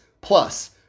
Plus